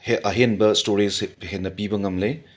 ꯍꯦ ꯑꯍꯦꯟꯕ ꯁ꯭ꯇꯣꯔꯦꯖꯁꯤꯡ ꯍꯦꯟꯅ ꯄꯤꯕ ꯉꯝꯂꯦ